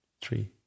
three